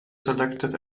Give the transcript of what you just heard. selected